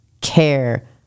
care